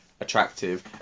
attractive